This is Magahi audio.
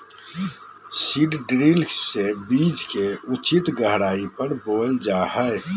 सीड ड्रिल से बीज के उचित गहराई पर बोअल जा हइ